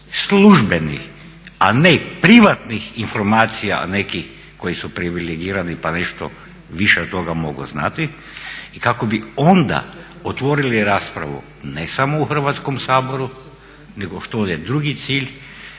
službenih, a ne privatnih informacija nekih koji su privilegirani pa nešto više od toga mogu znati i kako bi onda otvorili raspravu ne samo u Hrvatskom saboru nego što je drugi cilj